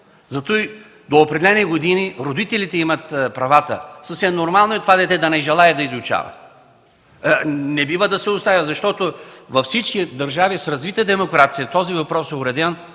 Затова до определени години родителите имат правата, съвсем нормално е това дете да не желае да изучава. Не бива да се оставя така, защото във всички държави с развита демокрация, този въпрос е уреден